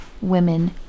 women